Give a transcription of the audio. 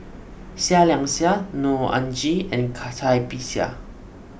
Seah Liang Seah Neo Anngee and Bixia